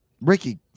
Ricky